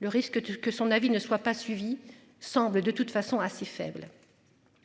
Le risque que son avis ne soit pas suivi semble de toute façon assez faible.